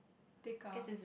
Tekka